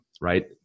Right